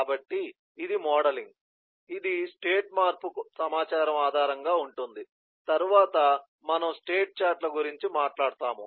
కాబట్టి ఇది మోడలింగ్ ఇది స్టేట్ మార్పు సమాచారం ఆధారంగా ఉంటుంది తరువాత మనము స్టేట్ చార్ట్ ల గురించి మాట్లాడుతాము